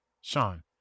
sean